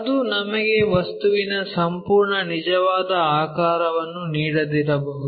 ಅದು ನಮಗೆ ವಸ್ತುವಿನ ಸಂಪೂರ್ಣ ನಿಜವಾದ ಆಕಾರವನ್ನು ನೀಡದಿರಬಹುದು